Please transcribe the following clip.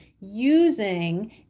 using